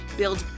build